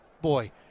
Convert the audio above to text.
Boy